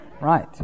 right